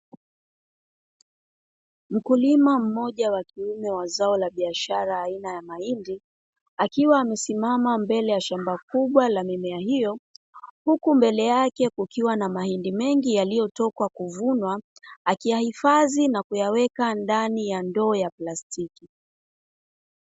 Mkulima mmoja wa zao la biashara aina ya mahindi, akiwa amesimama mbele ya shamba kubwa la mimea hiyo, huku mbele yake kukiwa na mahindi yaliyotoka kuvunwa akiyahifadhi na kuyaweka ndani ya ndoo ya plastiki.